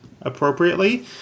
appropriately